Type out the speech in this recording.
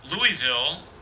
louisville